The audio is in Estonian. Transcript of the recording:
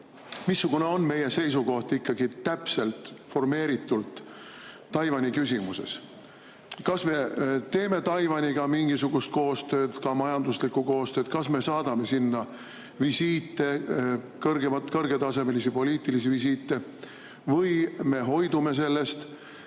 missugune on meie seisukoht ikkagi täpselt formeeritult Taiwani küsimuses? Kas me teeme Taiwaniga mingisugust koostööd, ka majanduslikku koostööd? Kas me teeme sinna visiite, kõrgetasemelisi poliitilisi visiite, või me hoidume sellest